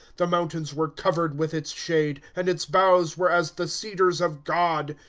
the mountains were covered with its shade. and its boughs were as the cedars of god.